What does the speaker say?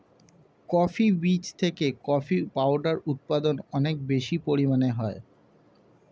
coffee বীজ থেকে coffee powder উৎপাদন অনেক বেশি পরিমাণে হয়